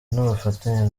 n’ubufatanye